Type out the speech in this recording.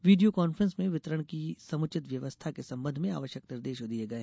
video conference में वितरण की समुचित व्यवस्था के संबंध में आवश्यक निर्देश दिये गये